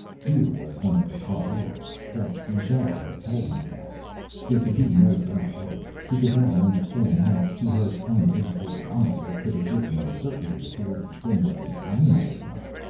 here was one of the caroj that ijale had told him about there could be no doubt of it. he could now understand how, to her uneducated eye, there could exist an uncertainty as to whether the thing was an animal or not.